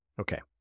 Okay